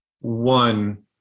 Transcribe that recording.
One